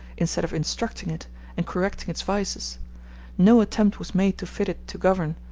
instead of instructing it and correcting its vices no attempt was made to fit it to govern,